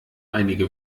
einige